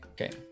Okay